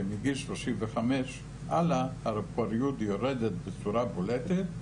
שמגיל 35 והלאה הפוריות יורדת בצורה בולטת,